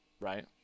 right